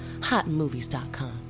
hotmovies.com